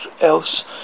else